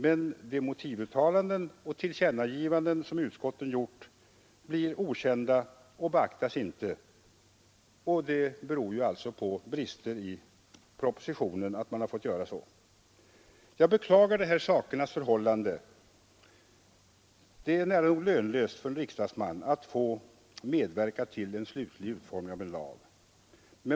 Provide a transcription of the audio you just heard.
Men de motivuttalanden och tillkännagivanden som utskotten gjort på grund av brister i propositionen blir okända och beaktas inte. Jag beklagar detta sakernas förhållande. Det är för en riksdagsman nära nog lönlöst att försöka medverka till en slutlig utformning av en lag.